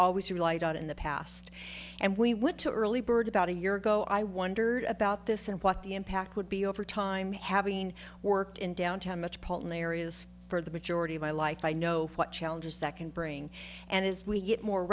always relied on in the past and we went to early bird about a year ago i wondered about this and what the impact would be over time having worked in downtown much paulton areas for the majority of my life i know what challenges that can bring and as we get more